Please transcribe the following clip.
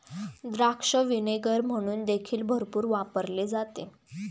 द्राक्ष व्हिनेगर म्हणून देखील भरपूर वापरले जाते